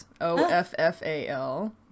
O-F-F-A-L